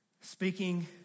speaking